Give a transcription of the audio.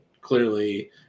clearly